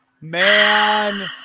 Man